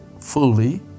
fully